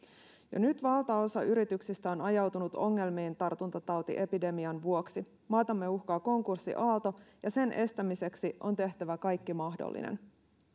ja nyt valtaosa yrityksistä on ajautunut ongelmiin tartuntatautiepidemian vuoksi maatamme uhkaa konkurssiaalto ja sen estämiseksi on tehtävä kaikki mahdollinen